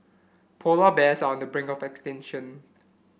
polar bears are on the brink of extinction